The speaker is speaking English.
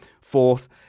fourth